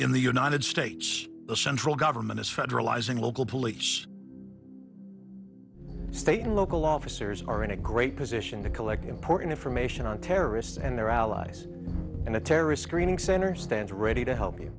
in the united states the central government is federalizing local police state and local officers are in a great position to collect important information on terrorists and their allies and the terrorist screening center stands ready to help you